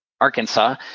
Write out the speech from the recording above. Arkansas